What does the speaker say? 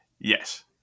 Yes